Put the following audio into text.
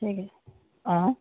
তাকে অঁ